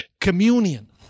Communion